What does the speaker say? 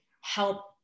help